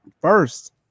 first